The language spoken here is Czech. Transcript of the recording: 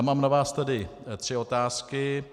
Mám na vás tedy tři otázky.